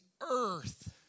earth